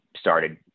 started